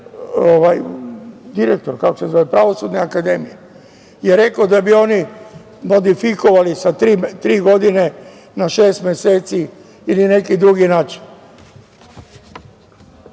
Direktor Pravosudne akademije je rekao da bi oni modifikovali sa tri godine na šest meseci ili na neki drugi način.